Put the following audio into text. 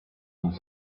who